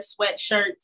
sweatshirts